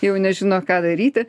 jau nežino ką daryti